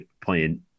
playing